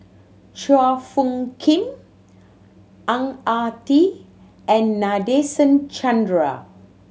Chua Phung Kim Ang Ah Tee and Nadasen Chandra